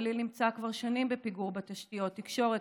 הגליל נמצא כבר שנים בפיגור בתשתיות תקשורת,